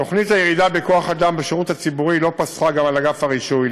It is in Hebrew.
תוכנית הירידה בכוח-אדם בשירות הציבורי לא פסחה גם על אגף הרישוי,